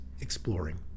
exploring